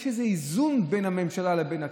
יש איזה איזון בין הממשלה לבין הכנסת.